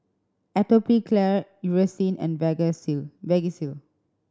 Atopiclair Eucerin and Vagisil